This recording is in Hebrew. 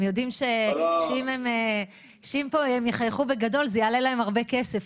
הם יודעים שאם הם יחייכו בגדול זה יעלה להם הרבה כסף,